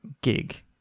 gig